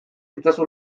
itzazu